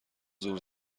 زور